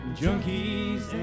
junkies